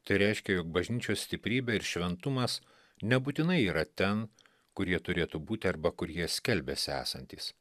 tai reiškia jog bažnyčios stiprybė ir šventumas nebūtinai yra ten kur jie turėtų būti arba kur jie skelbiasi esantys